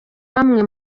bamwe